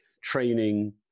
training